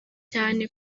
cyane